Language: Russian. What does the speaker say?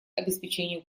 обеспечению